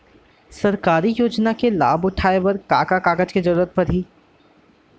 सरकारी योजना के लाभ उठाए बर का का कागज के जरूरत परही